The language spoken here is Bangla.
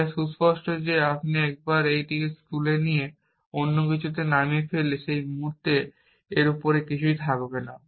এটা সুস্পষ্ট যে একবার আপনি এটিকে তুলে নিয়ে অন্য কিছুতে নামিয়ে ফেললে সেই মুহূর্তে এর উপরে কিছুই থাকবে না